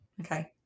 okay